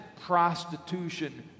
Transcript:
prostitution